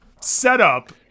setup